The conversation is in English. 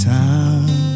time